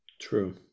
True